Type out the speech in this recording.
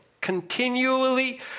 continually